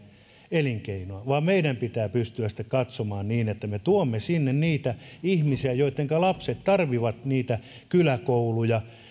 elinkeinoa vaan meidän pitää pystyä katsomaan niin että me tuomme sinne niitä ihmisiä joittenka lapset tarvitsevat niitä kyläkouluja